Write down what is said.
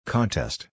Contest